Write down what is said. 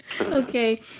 Okay